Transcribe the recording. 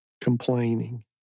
complaining